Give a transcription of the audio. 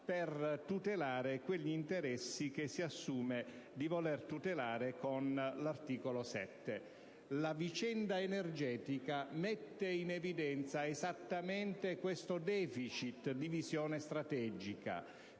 per tutelare quegli interessi che si intendono salvaguardare con l'articolo 7. La vicenda energetica mette in evidenza esattamente questo deficit di visione strategica,